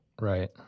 Right